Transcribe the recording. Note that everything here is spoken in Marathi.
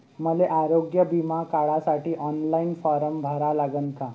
मले आरोग्य बिमा काढासाठी ऑनलाईन फारम भरा लागन का?